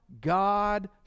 God